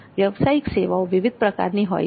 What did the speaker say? વ્યાવસાયિક સેવાઓ વિવિધ પ્રકારની હોય છે